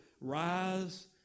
rise